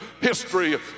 history